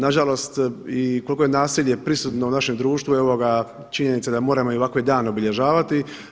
Nažalost i koliko je nasilje prisutno u našem društvu, evo ga, činjenica je da moramo i ovakav dan obilježavati.